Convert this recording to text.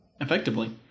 Effectively